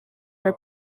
for